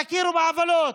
תכירו בעוולות,